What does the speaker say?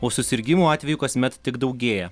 o susirgimo atvejų kasmet tik daugėja